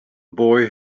boy